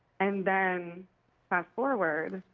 and then fast forward,